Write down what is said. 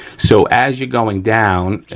so, as you're going down,